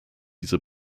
diese